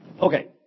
Okay